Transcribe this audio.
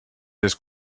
his